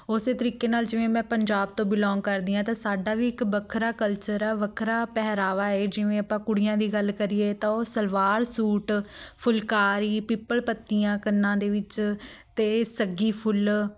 ਉਸੇ ਤਰੀਕੇ ਨਾਲ ਜਿਵੇਂ ਮੈਂ ਪੰਜਾਬ ਤੋਂ ਬਿਲੋਂਗ ਕਰਦੀ ਹਾਂ ਤਾਂ ਸਾਡਾ ਵੀ ਇੱਕ ਵੱਖਰਾ ਕਲਚਰ ਆ ਵੱਖਰਾ ਪਹਿਰਾਵਾ ਹੈ ਜਿਵੇਂ ਆਪਾਂ ਕੁੜੀਆਂ ਦੀ ਗੱਲ ਕਰੀਏ ਤਾਂ ਉਹ ਸਲਵਾਰ ਸੂਟ ਫੁਲਕਾਰੀ ਪਿੱਪਲ ਪੱਤੀਆਂ ਕੰਨਾਂ ਦੇ ਵਿੱਚ ਅਤੇ ਸੱਗੀ ਫੁੱਲ